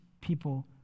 people